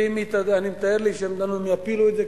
ואני גם מתאר לי הם יפילו את זה,